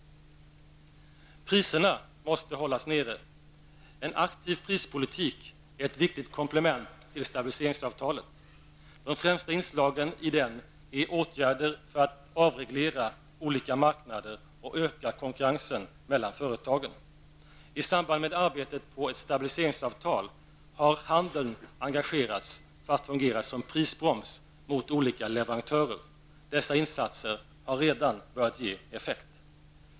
Priserna måste hållas nere. En aktiv prispolitik är ett viktigt komplement till stabiliseringsavtalet. De främsta inslagen i en sådan är åtgärder för att avreglera olika marknader och öka konkurrensen mellan företagen. I samband med arbetet på ett stabiliseringsavtal har handeln engagerats för att fungera som prisbroms mot olika leverantörer. Dessa insatser har redan börjat ge effekt.